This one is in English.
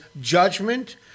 judgment